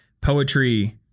poetry